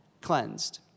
cleansed